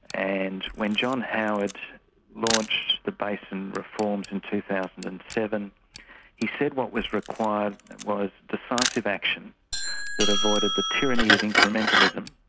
and when john howard launched the basin reforms in two thousand and seven he said what was required was decisive action that avoided the tyranny of incrementalism.